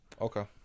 Okay